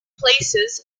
places